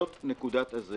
אנחנו